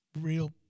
real